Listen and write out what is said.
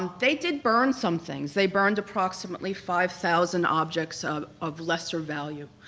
um they did burn some things, they burned approximately five thousand objects of of lesser value.